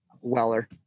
Weller